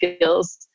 feels